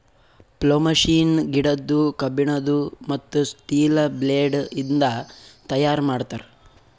plough machine ಗಿಡದ್ದು, ಕಬ್ಬಿಣದು, ಮತ್ತ್ ಸ್ಟೀಲ ಬ್ಲೇಡ್ ಇಂದ ತೈಯಾರ್ ಮಾಡ್ತರ್